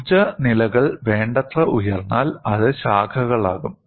ഊർജ്ജ നിലകൾ വേണ്ടത്ര ഉയർന്നാൽ അത് ശാഖകളാകും